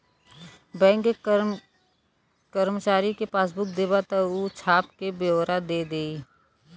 bank के करमचारी के पासबुक देबा त ऊ छाप क बेओरा दे देई